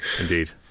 Indeed